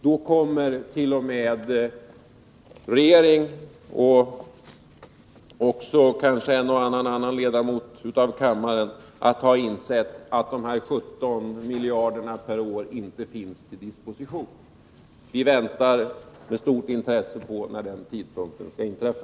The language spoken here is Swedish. Då kommer t.o.m. regeringen att ha insett att de 17 miljarderna per år inte finns till disposition. Vi moderater väntar med stort intresse på att den tidpunkten skall inträffa.